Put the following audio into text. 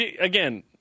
again